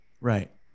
Right